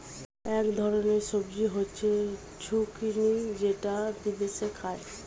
এক ধরনের সবজি হচ্ছে জুকিনি যেটা বিদেশে খায়